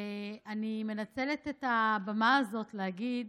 ואני מנצלת את הבמה הזאת להגיד